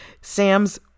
Sam's